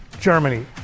Germany